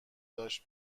داشت